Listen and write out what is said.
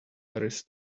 paris